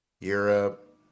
Europe